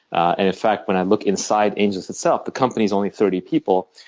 and in fact, when i look inside angellist itself, the company is only thirty people.